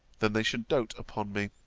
then they should dote upon me,